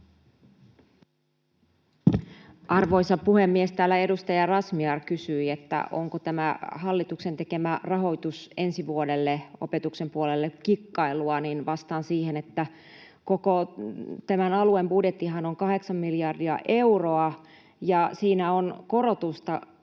Arvoisa puhemies! Kun täällä edustaja Razmyar kysyi, onko tämä hallituksen tekemä rahoitus ensi vuodelle opetuksen puolelle kikkailua, niin vastaan siihen, että koko tämän alueen budjettihan on 8 miljardia euroa ja siinä on korotusta 274